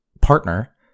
partner